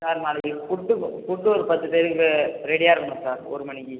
sir நாளைக்கு food food ஒரு பத்து பேருக்கு ரெடியாக இருக்கணும் சார் ஒரு மணிக்கு